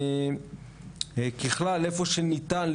וככלל איפה שניתן,